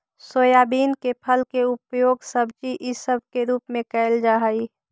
soybean के फल के उपयोग सब्जी इसब के रूप में कयल जा हई